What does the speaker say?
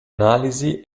analisi